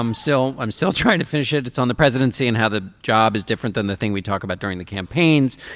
um still i'm still trying to finish it. it's on the presidency and how the job is different than the thing we talk about during the campaigns.